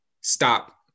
stop